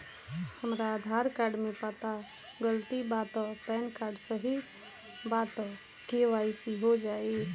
हमरा आधार कार्ड मे पता गलती बा त पैन कार्ड सही बा त के.वाइ.सी हो जायी?